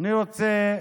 אני רוצה,